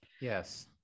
yes